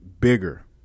bigger